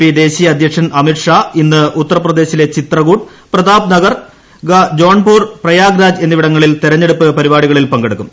P ദേശീയ അദ്ധ്യക്ഷൻ അമിത് ഷാ ഇന്ന് ഉത്തർപ്രദേശിലെ ചിത്രകൂട് പ്രതാപ്ഗർ ജോൺപൂർ പ്രയാഗ്രാജ് എന്നിവിടങ്ങളിൽ തിരഞ്ഞെടുപ്പ് പരിപാടികളിൽ പങ്കെടുക്കും